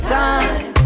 time